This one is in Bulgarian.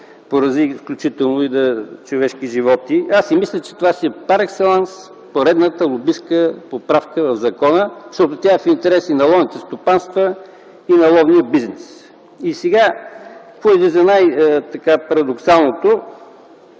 поразии, включително опасността за човешки животи. Аз мисля, че това си е пар екселанс поредната лобистка поправка в закона, защото тя е в интерес и на ловните стопанства, и на ловния бизнес. Сега какво излиза? Най-парадоксалното: